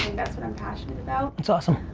that's what i'm passionate about. that's awesome.